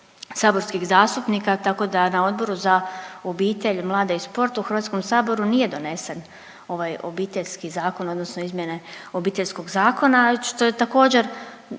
saborskih zastupnika, tako da na Odboru za obitelj, mlade i sport u HS nije donesen ovaj Obiteljski zakon odnosno izmjene Obiteljskog zakona, što je također,